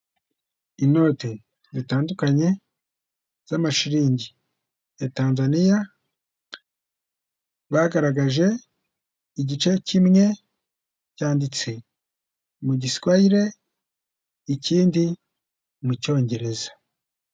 Inote zitandukanye z'amashiriningi ya Tanzaniya, bagaragaje igice kimwe cyanditse mu giswahire, ikindi mu cyongereza.